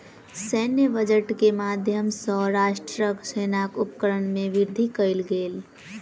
सैन्य बजट के माध्यम सॅ राष्ट्रक सेनाक उपकरण में वृद्धि कयल गेल